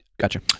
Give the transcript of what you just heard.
Gotcha